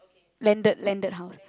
landed landed house